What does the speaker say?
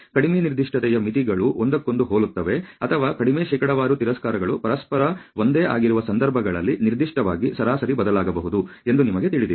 ಕಡಿಮೆ ನಿರ್ದಿಷ್ಟತೆಯ ಮಿತಿಗಳು ಒಂದಕ್ಕೊಂದು ಹೋಲುತ್ತವೆ ಅಥವಾ ಕಡಿಮೆ ಶೇಕಡಾವಾರು ತಿರಸ್ಕಾರಗಳು ಪರಸ್ಪರ ಒಂದೇ ಆಗಿರುವ ಸಂದರ್ಭಗಳಲ್ಲಿ ನಿರ್ದಿಷ್ಟವಾಗಿ ಸರಾಸರಿ ಬದಲಾಗಬಹುದು ಎಂದು ನಿಮಗೆ ತಿಳಿದಿದೆ